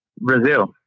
Brazil